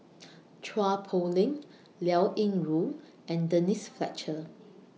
Chua Poh Leng Liao Yingru and Denise Fletcher